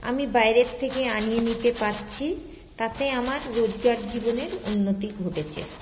আমি বাইরের থেকে আনিয়ে নিতে পারছি তাতে আমার রোজকার জীবনের উন্নতি ঘটেছে